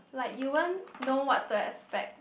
like you won't know what to expect